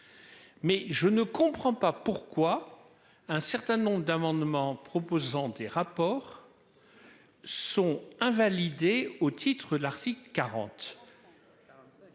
Mais je ne comprends pas pourquoi un certain nombre d'amendements proposant des rapports. Sont invalidées au titre de l'article 40.